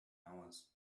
hours